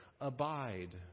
Abide